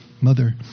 Mother